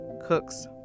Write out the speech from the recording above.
cooks